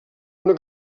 una